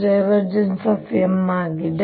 M ಆಗಿದೆ